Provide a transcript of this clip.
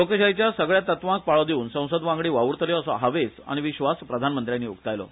लोकशायेच्या सगळ्यां तत्वांक पाळो दिवन संसदवांगडी वाव्रतले असो हावेस आनी विश्वास प्रधानमंत्र्यांनी उक्तायलो